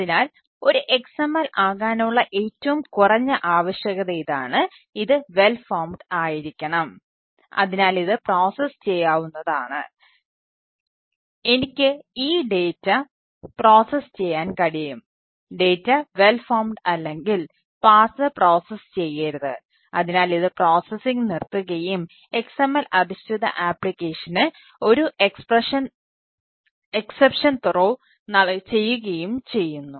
അതിനാൽ XML data ചെയ്യുകയും ചെയ്യുന്നു